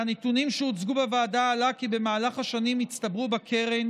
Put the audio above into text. מהנתונים שהוצגו בוועדה עלה כי במהלך השנים הצטברו בקרן